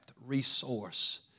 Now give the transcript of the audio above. resource